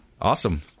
Awesome